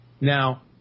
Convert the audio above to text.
Now